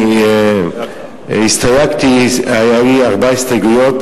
אני הסתייגתי, היו לי ארבע הסתייגויות,